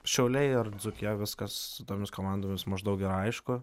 šiauliai ar dzūkija viskas su tomis komandomis maždaug yra aišku